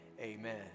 amen